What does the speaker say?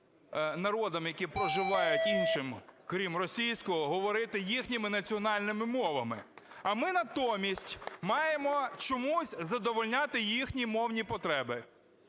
народам, які проживають, іншим крім російського, говорити їхніми національними мовами. А ми натомість маємо чомусь задовольняти їхні мовні потреби,